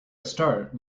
start